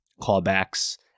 callbacks